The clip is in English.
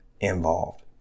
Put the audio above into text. involved